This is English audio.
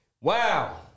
Wow